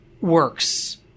works